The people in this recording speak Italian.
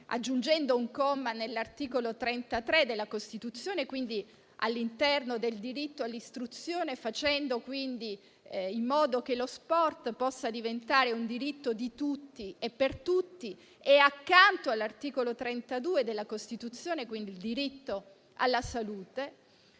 aggiungendo un comma all'articolo 33 della Carta, quindi all'interno del diritto all'istruzione, facendo in modo che lo sport possa diventare un diritto di tutti e per tutti, e accanto all'articolo 32 della Costituzione, quindi il diritto alla salute.